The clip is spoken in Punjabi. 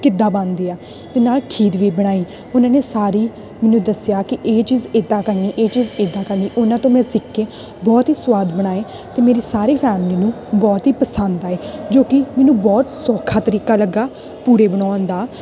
ਕਿੱਦਾਂ ਬਣਦੇ ਆ ਅਤੇ ਨਾਲ ਖੀਰ ਵੀ ਬਣਾਈ ਉਹਨਾਂ ਨੇ ਸਾਰੇ ਮੈਨੂੰ ਦੱਸਿਆ ਕਿ ਇਹ ਚੀਜ਼ ਇਦਾਂ ਕਰਨੀ ਇਹ ਚੀਜ਼ ਇਦਾਂ ਕਰਨੀ ਉਹਨਾਂ ਤੋਂ ਮੈਂ ਸਿਖ ਕੇ ਬਹੁਤ ਹੀ ਸਵਾਦ ਬਣਾਏ ਅਤੇ ਮੇਰੇ ਸਾਰੇ ਫੈਮਲੀ ਨੂੰ ਬਹੁਤ ਹੀ ਪਸੰਦ ਆਏ ਜੋ ਕਿ ਮੈਨੂੰ ਬਹੁਤ ਸੌਖਾ ਤਰੀਕਾ ਲੱਗਾ ਪੁੜੇ ਬਣਾਉਣ ਦਾ